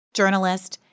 journalist